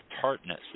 tartness